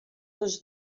dos